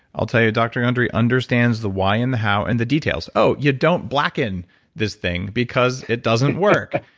i'll tell you, dr. gundry understands the why and the how and the details. oh, you don't blacken this thing because it doesn't work.